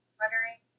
lettering